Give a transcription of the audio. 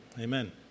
Amen